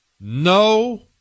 no